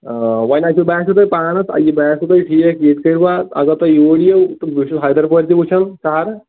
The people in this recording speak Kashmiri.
آ وۄنۍ اگر باسِو تۄہہِ پانس یہِ باسوٕ تۄہہِ ٹھیٖک یِتھٕ کٔنۍ زن اگر تُہۍ یوٗرۍ یِیوٗ تہٕ بہٕ چھُس حیدر پورِ تہِ وُچھان شہرٕ